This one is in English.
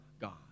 God